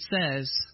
says